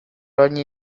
ogni